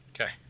Okay